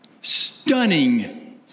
stunning